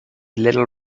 little